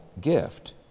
gift